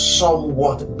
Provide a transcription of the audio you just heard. somewhat